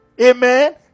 Amen